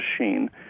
machine